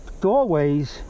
doorways